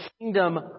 kingdom